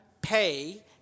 pay